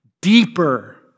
deeper